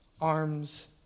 arms